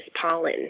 pollen